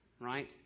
right